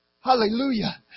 Hallelujah